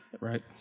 right